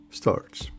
starts